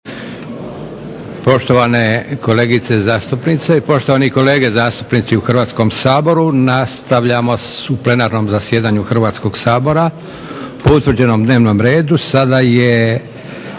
Poštovane kolegice zastupnice i poštovani kolege zastupnici u Hrvatskom saboru, nastavljamo u plenarnom zasjedanju Hrvatskoga sabora po utvrđenom dnevnom redu. Sada je